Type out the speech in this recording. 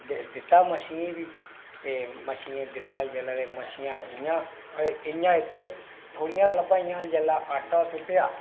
दित्ता मच्छियें बी ते मच्छियें गी दिता जेल्लै ते मच्छियां इयां उत्थै नेईं हियां लब्भा दियां जेल्लै आटा सुट्टेआ